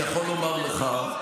לא שמעתי נאומים חוצבי להבות,